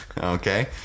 okay